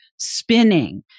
spinning